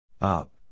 Up